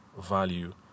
value